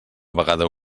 vegada